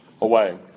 away